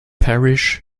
parish